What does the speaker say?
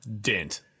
dent